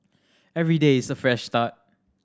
every day is a fresh start